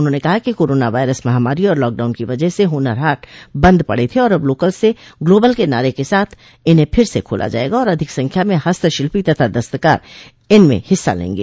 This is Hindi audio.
उन्होंने कहा कि कोरोना वायरस महामारी और लॉकडाउन के वजह से हुनर हाट बंद पडे थे और अब लोकल से ग्लोबल के नारे के साथ इन्हें फिर से खोला जायेगा और अधिक संख्या में हस्तशिल्पी तथा दस्तकार इनमें हिस्सा लेंगे